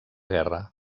guerra